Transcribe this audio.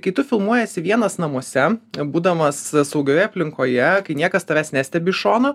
kai tu filmuojiesi vienas namuose būdamas saugioje aplinkoje kai niekas tavęs nestebi iš šono